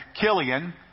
Killian